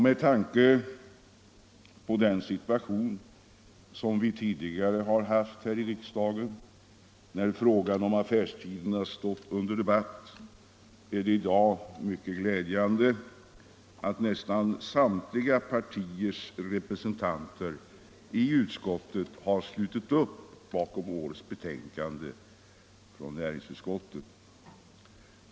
Med tanke på den situation som vi tidigare har haft här i riksdagen när frågan om affärstiderna stått under debatt är det i dag glädjande att nästan samtliga partiers representanter i utskottet har slutit upp bakom årets betänkande från näringsutskottet.